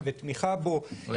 בשקופית חלק מהצוות המסור שלי.